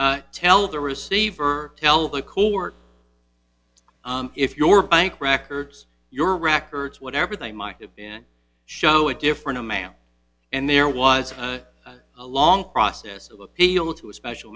to tell the receiver tell the court if your bank records your records whatever they might have been show a different e mail and there was a long process of appeal to a special